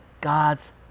God's